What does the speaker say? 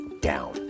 down